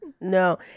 No